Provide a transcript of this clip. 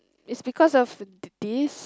it's because of d~ this